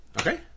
Okay